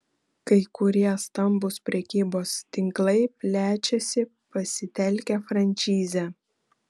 kai kurie stambūs prekybos tinklai plečiasi pasitelkę frančizę